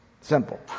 Simple